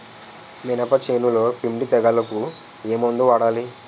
మినప చేనులో పిండి తెగులుకు ఏమందు వాడాలి?